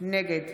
נגד